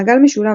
מעגל משולב,